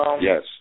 Yes